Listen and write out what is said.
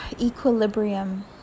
equilibrium